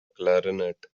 clarinet